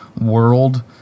world